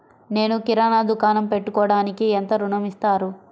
నేను కిరాణా దుకాణం పెట్టుకోడానికి ఎంత ఋణం ఇస్తారు?